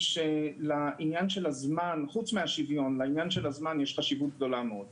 שלעניין של הזמן יש חשיבות גדולה מאוד.